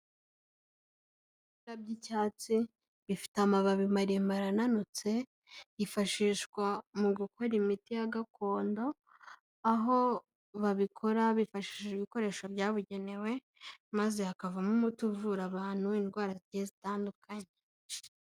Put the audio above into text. Ibibuga by'icyatsi, bifite amababi maremare ananutse, yifashishwa mu gukora imiti ya gakondo, aho babikora bifashishije ibikoresho byabugenewe, maze hakavamo umuti uvura abantu indwara zigiye zitandukanye.